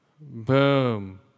Boom